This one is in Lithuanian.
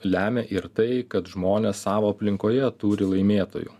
lemia ir tai kad žmonės savo aplinkoje turi laimėtojų